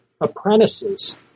apprentices